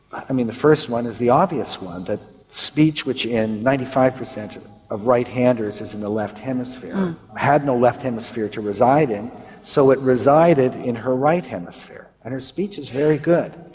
i mean the first one is the obvious one, that speech which in ninety five percent of right handers is in the left hemisphere had no left hemisphere to reside in so it resided in her right hemisphere and her speech is very good.